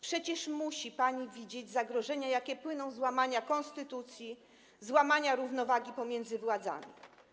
Przecież musi pani widzieć zagrożenia, jakie płyną z łamania konstytucji, z łamania równowagi pomiędzy władzami.